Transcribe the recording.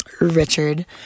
richard